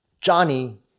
johnny